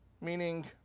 Meaning